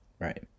Right